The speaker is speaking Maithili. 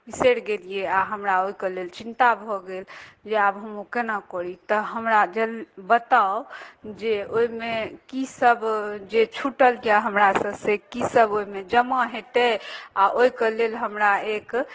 बिसरि गेलियै आओर हमरा ओइके लेल चिन्ता भऽ गेल जे आब हम ओ केना करी तऽ हमरा जल्द बताउ जे ओइमे की सब जे छुटल यऽ हमरा सबसँ की सब ओइमे जमा हेतय आओर ओइके लेल हमरा एक